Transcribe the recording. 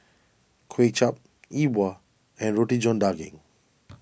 Kuay Chap E Bua and Roti John Daging